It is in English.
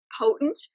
potent